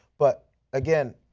but again,